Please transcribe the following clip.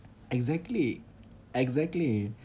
exactly exactly